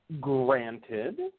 Granted